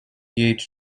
and